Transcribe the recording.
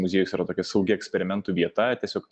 muziejus yra tokia saugi eksperimentų vieta tiesiog